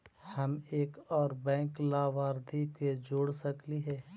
हम एक और बैंक लाभार्थी के जोड़ सकली हे?